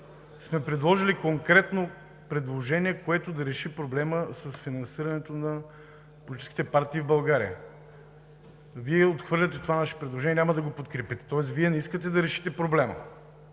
Ние имаме конкретно предложение, което да реши проблема с финансирането на политическите партии в България. Вие отхвърляте това наше предложение и няма да го подкрепите. Тоест Вие не искате да решите проблема,